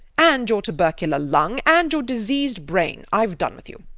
and your tubercular lung, and your diseased brain ive done with you.